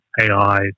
AI